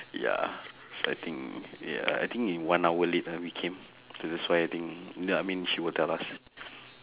ya I think yeah I think we one hour late ah we came so that's why I think ya I mean she will tell us